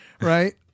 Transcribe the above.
Right